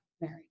married